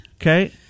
Okay